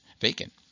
vacant